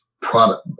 product